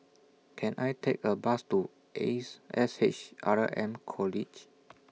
Can I Take A Bus to Ace S H R M College